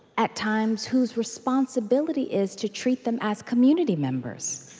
at times, whose responsibility is to treat them as community members.